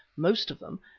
most of them,